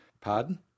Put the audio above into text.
Pardon